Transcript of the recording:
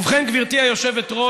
ובכן, גברתי היושבת-ראש,